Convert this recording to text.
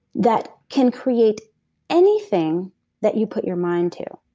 that can create anything that you put your mind to